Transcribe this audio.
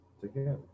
together